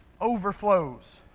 overflows